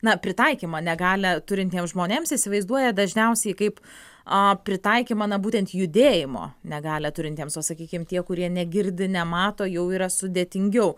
na pritaikymą negalią turintiems žmonėms įsivaizduoja dažniausiai kaip a pritaikymą na būtent judėjimo negalią turintiems o sakykim tie kurie negirdi nemato jau yra sudėtingiau